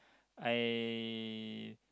I